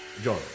John